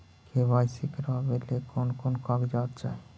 KYC करावे ले कोन कोन कागजात चाही?